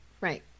Right